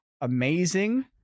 amazing